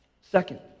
Second